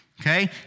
Okay